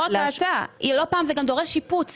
לא רק האטה; לא פעם זה גם דורש שיפוץ,